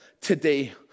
today